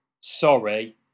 Sorry